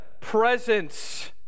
presence